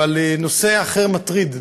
אבל נושא אחר מטריד.